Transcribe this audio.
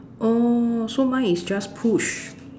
oh so mine is just push